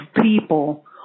people